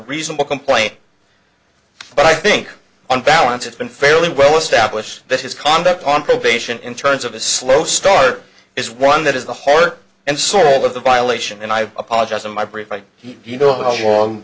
reasonable complaint but i think on balance it's been fairly well established that his conduct on probation in terms of a slow start is one that is the heart and soul of the violation and i apologize in my brief like you know how